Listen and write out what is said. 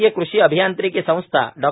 भारतीय कृषि अभियांत्रिकी संस्था डॉ